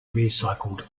recycled